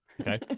okay